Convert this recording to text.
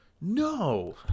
No